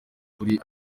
ukuri